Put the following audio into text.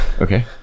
Okay